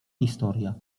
historia